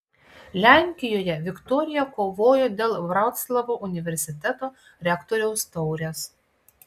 lenkijoje viktorija kovojo dėl vroclavo universiteto rektoriaus taurės